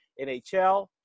NHL